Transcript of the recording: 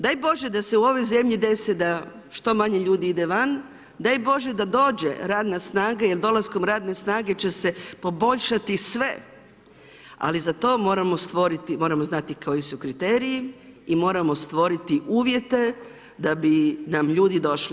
Daj Bože da se u ovoj zemlji desi da što manje ljudi ide van, daj Bože da dođe radna snaga jer dolaskom radne snage će se poboljšati sve ali za to moramo stvoriti, moramo znati koji su kriteriji i moramo stvoriti uvjete da bi nam ljudi došli.